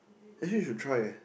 actually you should try eh